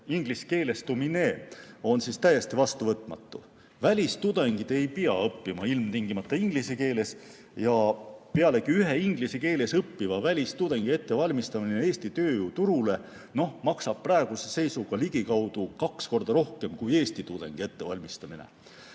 ingliskeelestumine täiesti vastuvõtmatu. Välistudengid ei pea õppima ilmtingimata inglise keeles. Pealegi, ühe inglise keeles õppiva välistudengi ettevalmistamine Eesti tööjõuturule maksab praeguse seisuga ligikaudu kaks korda rohkem kui eesti tudengi ettevalmistamine.